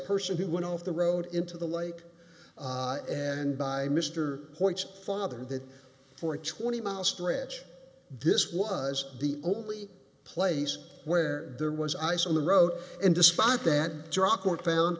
person who went off the road into the lake and by mr points father did for a twenty mile stretch this was the only place where there was ice on the road and despite that drug court found